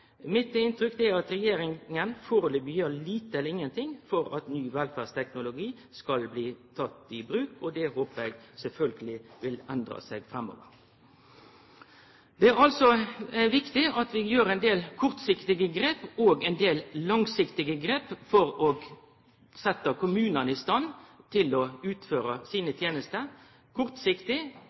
Mitt inntrykk er at regjeringa førebels gjer lite eller ingenting for at ny velferdsteknologi skal takast i bruk, og det håper eg sjølvsagt vil bli endra framover. Det er viktig at vi gjer ein del kortsiktige grep og ein del langsiktige grep for å setje kommunane i stand til å utføre sine tenester. Kortsiktig